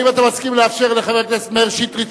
האם אתה מסכים לאפשר לחבר הכנסת מאיר שטרית,